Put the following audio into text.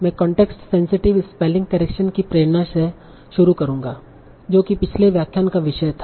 मैं context sensitive spelling correction की प्रेरणा से शुरू करूंगा जो कि पिछले व्याख्यान का विषय था